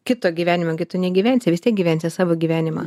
kito gyvenimo gi tu negyvensi vis tiek gyvensi savo gyvenimą